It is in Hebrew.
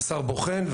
השר בוחן,